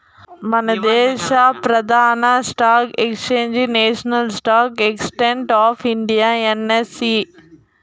మనదేశ ప్రదాన stock exchange national stock exchange of India NSE